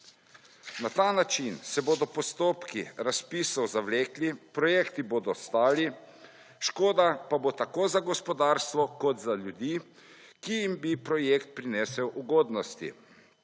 Na ta način se bodo postopki razpisov zavlekli, projekti bodo stali, škoda pa bo tako za gospodarstvo kot za ljudi, ki jim bi projekt prinesel ugodnosti.